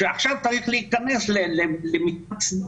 שעכשיו צריך להיכנס --- יותר.